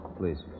please